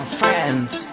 friends